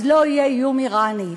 אז לא יהיה איום איראני.